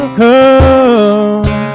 come